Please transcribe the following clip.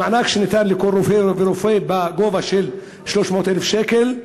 המענק שניתן לכל רופא ורופא בגובה 300,000 שקל,